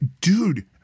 Dude